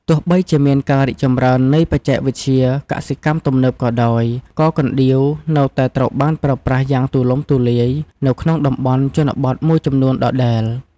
ទោះបីជាមានការរីកចម្រើននៃបច្ចេកវិទ្យាកសិកម្មទំនើបក៏ដោយ ក៏កណ្ដៀវនៅតែត្រូវបានប្រើប្រាស់យ៉ាងទូលំទូលាយនៅក្នុងតំបន់ជនបទមួយចំនួនដដែល។